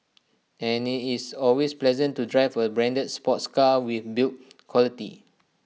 and it's always pleasant to drive A branded sports car with build quality